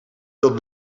wilde